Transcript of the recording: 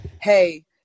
hey